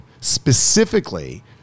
specifically